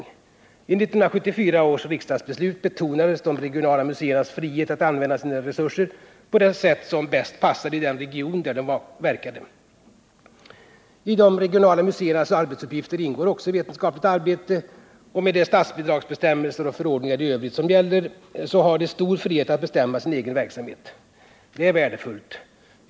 I 1974 års riksdagsbeslut betonades de regionala museernas frihet att använda sina resurser på det sätt som bäst passade den region där de verkade. I de regionala museernas arbetsuppgifter ingår också vetenskapligt arbete, och med de statsbidragsbestämmelser och förordningar i övrigt som gäller har museerna stor frihet att bestämma sin egen verksamhet. Det är värdefullt.